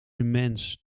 immens